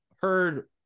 heard